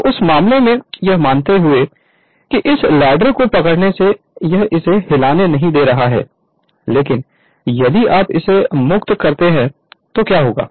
तो उस मामले में यह मानते हुए कि इस लैडर को पकड़ने से यह इसे हिलने नहीं दे रहा है लेकिन यदि आप इसे मुक्त करते हैं तो क्या होगा